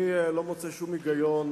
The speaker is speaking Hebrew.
אני לא מוצא שום היגיון,